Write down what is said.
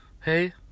Hey